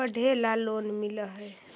पढ़े ला लोन मिल है?